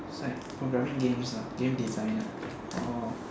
it's like programming games ah game designer oh